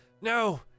No